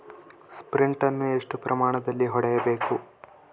Sprint ಅನ್ನು ಎಷ್ಟು ಪ್ರಮಾಣದಲ್ಲಿ ಹೊಡೆಯಬೇಕು?